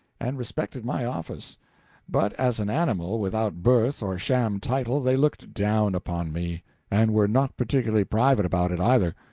and respected my office but as an animal, without birth or sham title, they looked down upon me and were not particularly private about it, either.